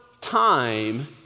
time